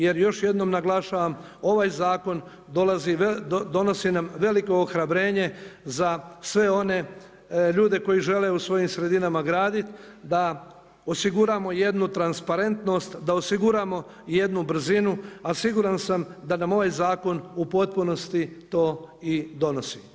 Jer još jednom naglašavam ovaj zakon donosi nam veliko ohrabrenje za sve one ljude koji žele u svojim sredinama graditi da osiguramo jednu transparentnost, da osiguramo jednu brzinu a siguran sam da nam ovaj zakon u potpunosti to i donosi.